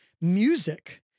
music